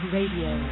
Radio